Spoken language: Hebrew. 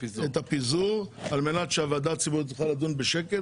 הפיזור על מנת שהוועדה הציבורית תוכל לדון בשקט,